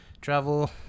travel